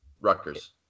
Rutgers